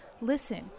Listen